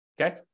okay